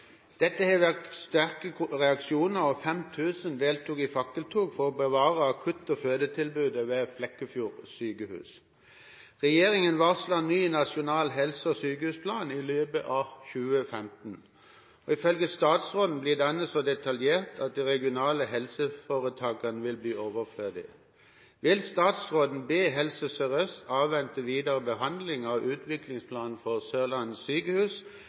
Dette har vakt sterke reaksjoner, og 5 000 deltok i fakkeltog for å bevare akutt- og fødetilbudet ved Flekkefjord sykehus. Regjeringen varsler ny nasjonal helse- og sykehusplan i løpet av 2015, og ifølge statsråden blir denne så detaljert at de regionale helseforetakene vil bli overflødige. Vil statsråden be Helse Sør-Øst avvente videre behandling av